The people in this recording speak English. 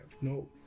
No